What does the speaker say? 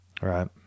Right